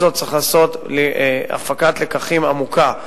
זאת: צריך לעשות הפקת לקחים עמוקה,